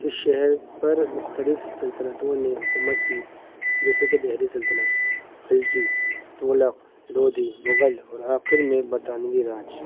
اس شہر پر مختلف سلطنتوں نے حکومت کی جیسے کہ دہلی سلطنت خلجی تغلق لودھی مغل اور آخر میں برطانوی راج